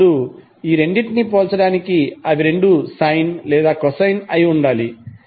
ఇప్పుడు ఈ రెండింటినీ పోల్చడానికి అవి రెండూ సైన్ లేదా కొసైన్ అయి ఉండాలి